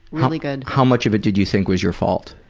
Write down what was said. really good. how much of it did you think was your fault?